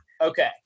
Okay